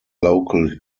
local